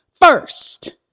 first